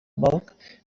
bulk